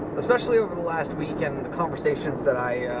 especially over the last week and the conversations that i